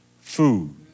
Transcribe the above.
food